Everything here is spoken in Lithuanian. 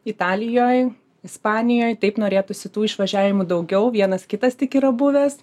italijoj ispanijoj taip norėtųsi tų išvažiavimų daugiau vienas kitas tik yra buvęs